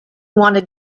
wanted